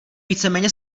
víceméně